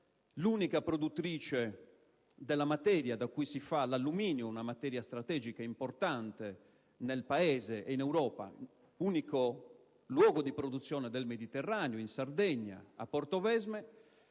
l'unica produttrice della materia da cui si fa l'alluminio, una materia strategica, importante nel Paese e in Europa, il cui unico luogo di produzione del Mediterraneo, in Sardegna, a Portovesme,